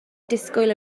disgwyl